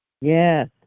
Yes